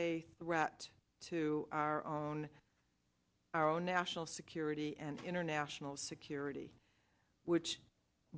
a threat to our own our own national security and international security which